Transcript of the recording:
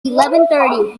eleven